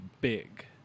big